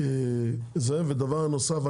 ודבר נוסף,